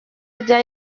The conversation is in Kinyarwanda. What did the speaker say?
rya